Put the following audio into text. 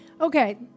Okay